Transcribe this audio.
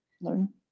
learn